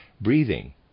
Breathing